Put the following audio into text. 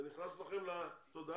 זה נכנס לכם לתודעה?